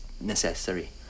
necessary